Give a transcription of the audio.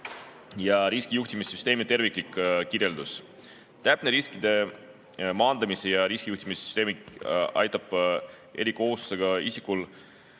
ja riskijuhtimise süsteem terviklik kirjeldus. Täpne riskide maandamise ja riskijuhtimise süsteemi aitab erikohustusega isikul